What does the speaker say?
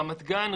רמת גן,